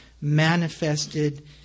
manifested